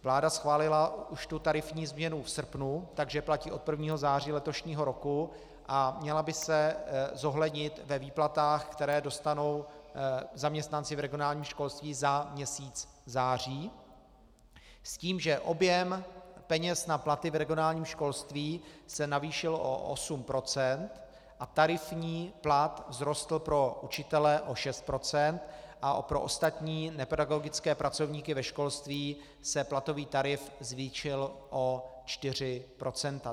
Vláda schválila tarifní změnu v srpnu, takže platí od 1. září letošního roku a měla by se zohlednit ve výplatách, které dostanou zaměstnanci v regionálním školství za měsíc září, s tím, že objem peněz na platy v regionálním školství se navýšil o 8 % a tarifní plat vzrostl pro učitele o 6 % a pro ostatní nepedagogické pracovníky ve školství se platový tarif zvýšil o 4 %.